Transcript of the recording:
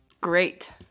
Great